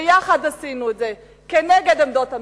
ויחד עשינו את זה כנגד עמדות הממשלה.